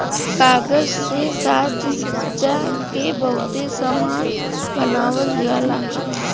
कागज से साजसज्जा के बहुते सामान बनावल जाला